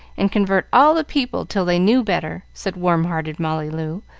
and convert all the people till they knew better, said warm-hearted molly loo,